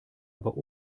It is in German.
aber